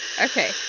Okay